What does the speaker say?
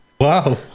Wow